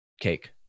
Cake